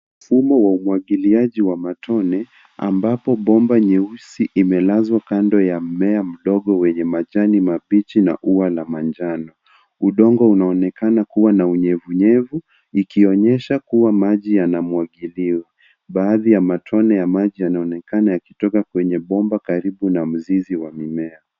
Mfumo wa umwagiliaji wa matone, ambapo bomba nyeusi imelazwa kando ya mmea mdogo wenye majani mabichi na ua la manajano. Udongo unaonekana kuwa na unyevuunyevu, ikionyesha kuwa maji yanamwagiliwa. Baadhi ya matone ya maji yanaonekana yakitoka kwenye bomba karibu na mzizi wa mimea.